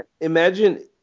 Imagine